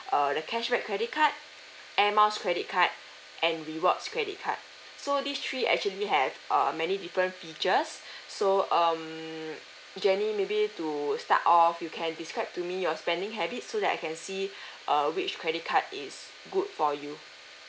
err the cashback credit card air miles credit card and rewards credit card so these three actually have err many different features so um jenny maybe to start off you can describe to me your spending habits so that I can see uh which credit card is good for you